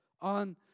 on